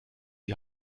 die